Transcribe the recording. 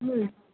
बोलिए